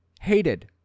hated